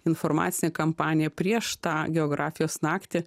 informacinė kampanija prieš tą geografijos naktį